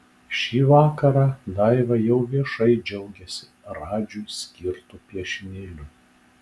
šį vakarą daiva jau viešai džiaugiasi radžiui skirtu piešinėliu